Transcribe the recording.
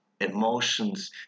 emotions